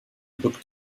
book